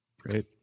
Great